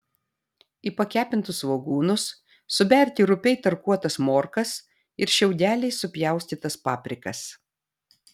į pakepintus svogūnus suberti rupiai tarkuotas morkas ir šiaudeliais supjaustytas paprikas